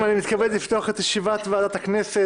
אני מתכבד לפתוח את ישיבת ועדת הכנסת.